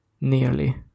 nearly